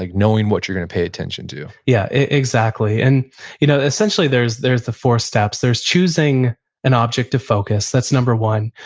like knowing what you're going to pay attention to yeah exactly. and you know essentially there's there's the four steps. there's choosing an object to focus, that's number one.